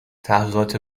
تحقیقات